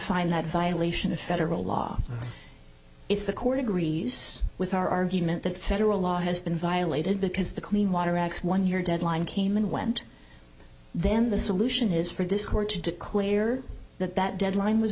find that violation of federal law if the court agrees with our argument that federal law has been violated because the clean water act one year deadline came and went then the solution is for this court to declare that that deadline was